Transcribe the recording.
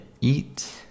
eat